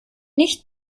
nicht